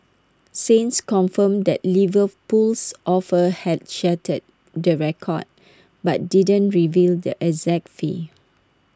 saints confirmed that Liverpool's offer had shattered the record but didn't reveal the exact fee